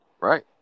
Right